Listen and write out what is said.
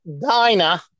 diner